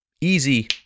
easy